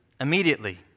immediately